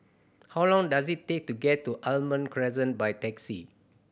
how long does it take to get to Almond Crescent by taxi